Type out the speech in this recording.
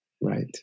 right